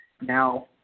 now